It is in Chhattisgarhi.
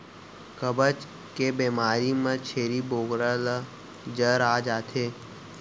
कब्ज के बेमारी म छेरी बोकरा ल जर आ जाथे